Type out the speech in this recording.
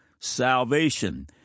salvation